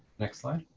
next slide.